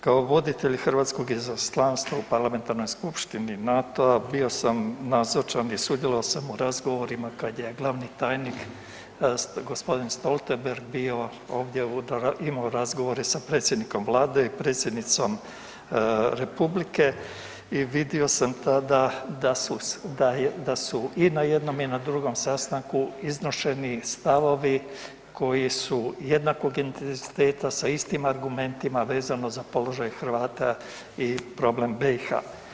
Kao voditelj Hrvatskog izaslanstva u Parlamentarnoj skupštini NATO-a bio sam nazočan i sudjelovao sam u razgovorima kad je glavni tajni, gospodin Stoltenberg bio ovdje imao razgovore sa predsjednikom Vlade i Predsjednicom Republike i vidio sam tada da su i na jednom i na drugom sastanku iznošeni stavovi koji su jednakog intenziteta sa istim argumentima vezano za položaj Hrvata i problem BiH.